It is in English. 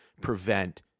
prevent